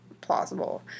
plausible